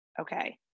Okay